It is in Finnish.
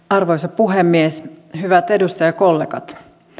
arvoisa puhemies hyvät edustajakollegat